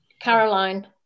Caroline